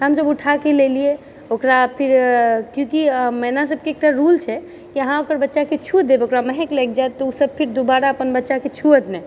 हमसब उठाके लेलियै ओकरा फेर क्योकि मैना सबके एकटा रूल छै कि अहाँ ओकर बच्चाके छू देबै ओकरा महक लागि जाएत तऽ ओ सब फेर दुबारा अपन बच्चाके छुवत नहि